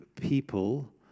people